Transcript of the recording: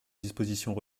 dispositions